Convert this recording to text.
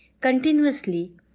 continuously